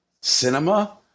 cinema